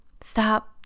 Stop